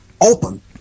open